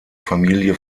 familie